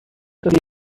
teria